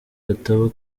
hataba